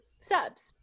subs